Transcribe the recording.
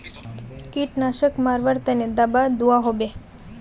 कीटनाशक मरवार तने दाबा दुआहोबे?